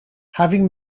having